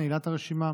נעילת הרשימה.